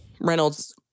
Reynolds